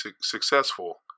successful